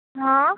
हँ